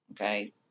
Okay